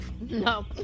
No